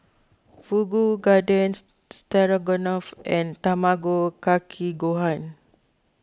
Fugu Garden Stroganoff and Tamago Kake Gohan